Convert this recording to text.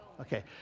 Okay